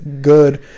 good